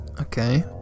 Okay